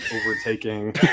overtaking